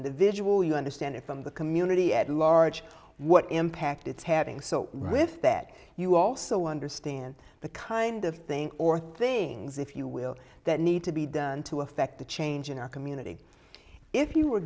individual you understand it from the community at large what impact it's having so with that you also understand the kind of thing or things if you will that need to be done to effect the change in our community if you were